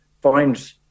find